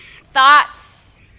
thoughts